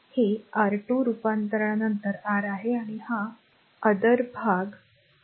तर हे r 2 रूपांतरणानंतर r आहे आणि हा ओथिया भाग 8